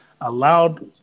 allowed